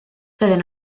doedden